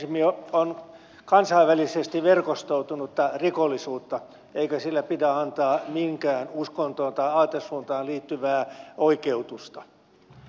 terrorismi on kansainvälisesti verkostoitunutta rikollisuutta eikä sille pidä antaa mihinkään uskontoon tai aatesuuntaan liittyvää oikeutusta